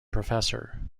professor